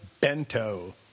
bento